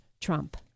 Trump